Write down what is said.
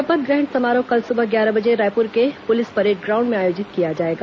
शपथ ग्रहण समारोह कल सुबह ग्यारह बजे रायपुर के पुलिस परेड ग्राउंड में आयोजित किया जाएगा